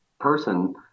person